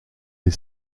les